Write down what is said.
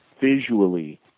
visually